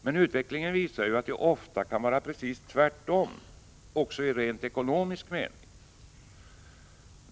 Men utvecklingen visar att det ofta kan vara precis tvärtom, också i rent ekonomisk mening.